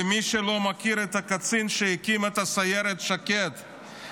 למי שלא מכיר את הקצין שהקים את סיירת שקד,